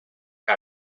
que